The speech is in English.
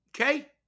Okay